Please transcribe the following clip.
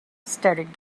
started